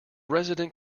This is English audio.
resident